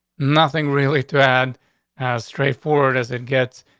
nothing really. to add as straightforward as it gets.